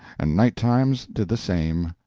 and nighttimes did the same,